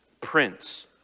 Prince